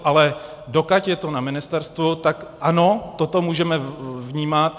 Ale dokud je to na ministerstvu, tak ano, toto můžeme vnímat.